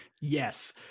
Yes